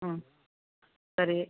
ம் சரி